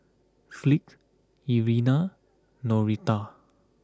Fleet Irena Noretta